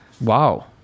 Wow